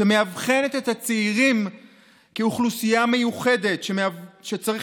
שמאבחנת את הצעירים כאוכלוסייה מיוחדת שצריך